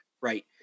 right